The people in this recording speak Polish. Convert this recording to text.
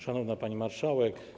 Szanowna Pani Marszałek!